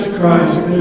Christ